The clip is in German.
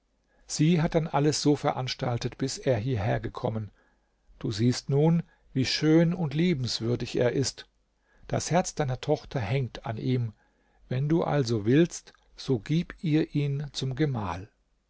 sie hat dann alles so veranstaltet bis er hierher gekommen du siehst nun wie schön und liebenswürdig er ist das herz deiner tochter hängt an ihm wenn du also willst so gib ihr ihn zum gemahl